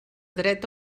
dret